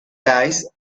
guys